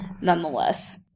nonetheless